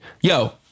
yo